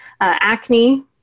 Acne